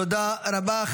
תודה רבה.